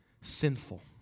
sinful